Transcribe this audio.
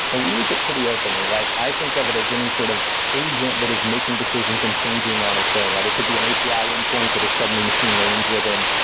we use it pretty openly, right? i think of it as any sort of agent that is making decisions and changing on its own, right? it could be an api endpoint that is suddenly machine learning-driven,